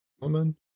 woman